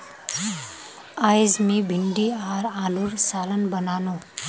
अयेज मी भिंडी आर आलूर सालं बनानु